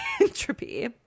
Entropy